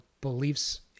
beliefs